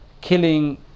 killing